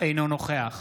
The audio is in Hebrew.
אינו נוכח